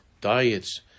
diets